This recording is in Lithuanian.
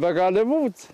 negali būt